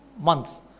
months